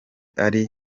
ari